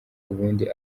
ubundi